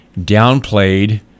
downplayed